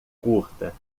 curta